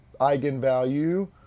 eigenvalue